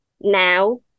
now